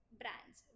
brands